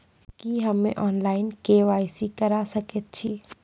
की हम्मे online, KYC करा सकैत छी?